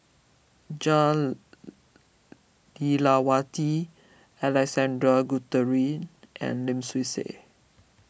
Jah Lelawati Alexander Guthrie and Lim Swee Say